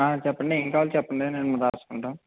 చెప్పండి ఏం కావాలి చెప్పండి నేను రాసుకుంటాను